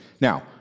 Now